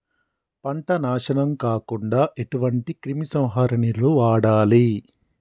పంట నాశనం కాకుండా ఎటువంటి క్రిమి సంహారిణిలు వాడాలి?